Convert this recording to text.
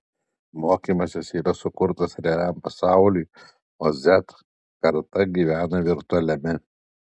mokymasis yra sukurtas realiam pasauliui o z karta gyvena virtualiame